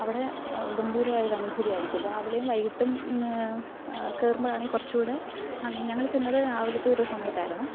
അവിടെ ഗംഭീരമായൊരു അനുഭൂതിയായിരിക്കും രാവിലേയും വൈകിട്ടും കയറുമ്പോഴാണെങ്കില് കുറച്ചും കൂടെ ഭംഗി ഞങ്ങള് ചെന്നത് രാവിലത്തെ ഒരു സമയത്തായിരുന്നു